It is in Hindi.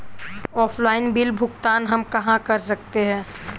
ऑफलाइन बिल भुगतान हम कहां कर सकते हैं?